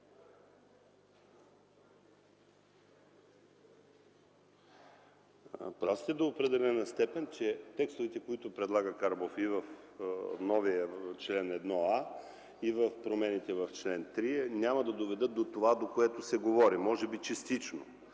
Прав сте до определена степен, че текстовете, които предлага Карбов и в новия чл. 1а, и в промените в чл. 3, няма да доведат до това, за което се говори. Може би това